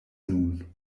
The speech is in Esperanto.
nun